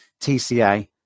TCA